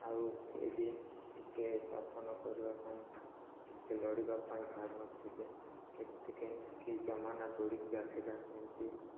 ଆଉ କିଏ ବି ଟିକେ ଶାସନ କରିବା ପାଇଁ ଟିକେ ଲଡ଼ିବା ପାଇଁ ବାହାରୁ ନଥିଲେ କେମିତି ଜମନା ପିଡ଼ିକି ଆସିଲା ସେମିତି